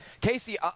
Casey